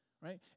right